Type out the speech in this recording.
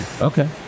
Okay